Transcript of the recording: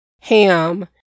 ham